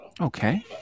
Okay